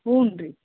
ಹ್ಞೂ ರೀ